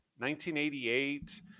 1988